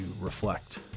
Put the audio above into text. reflect